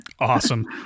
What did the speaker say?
Awesome